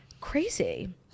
crazy